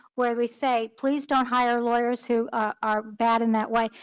where we say, please don't hire lawyers who are bad in that way.